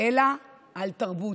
אלא על תרבות.